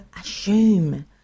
assume